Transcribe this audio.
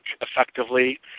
effectively